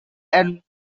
and